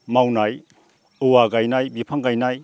मावनाय औवा गायनाय बिफां गायनाय